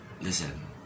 Listen